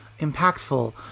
impactful